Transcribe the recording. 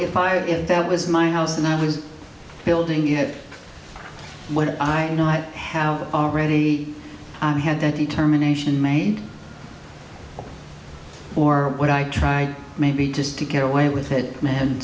if i if that was my house and i was building it what i have already had that determination made or what i tried maybe just to get away with it man